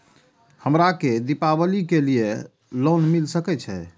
हमरा के दीपावली के लीऐ लोन मिल सके छे?